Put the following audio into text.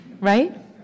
right